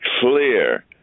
clear